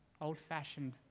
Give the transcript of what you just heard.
old-fashioned